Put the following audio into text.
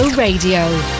Radio